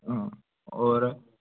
हाँ और